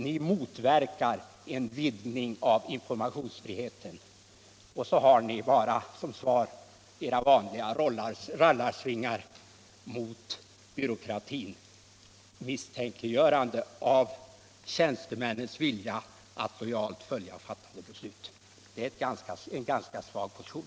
Ni motverkar en vidgning av informationsfriheten, och så har ni bara som svar era vanliga rallarsvingar mot byråkratin och misstänkliggörande av tjänstemännens vilja att lojalt följa fattade beslut. Det är en ganska svag position.